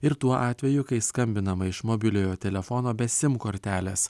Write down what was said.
ir tuo atveju kai skambinama iš mobiliojo telefono be sim kortelės